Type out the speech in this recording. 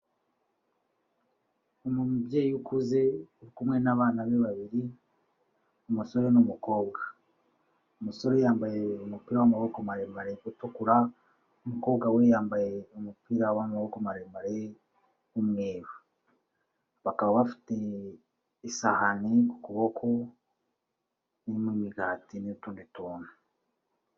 Umubyeyi ukuze uri kumwe n'abana be babiri umusore n'umukobwa. Umusore yambaye umupira w'amaboko maremare utukura, umukobwa we yambaye umupira w'amaboko maremare w'umweru. Bakaba bafite isahani ku kuboko Irimo imigati n'utundi tuntu.